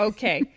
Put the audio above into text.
Okay